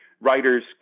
writers